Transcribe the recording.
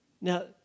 Now